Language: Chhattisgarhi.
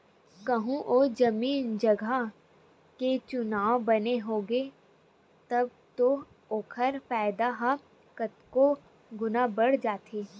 कहूँ ओ जमीन जगा के चुनाव बने होगे तब तो ओखर फायदा ह कतको गुना बड़ जाथे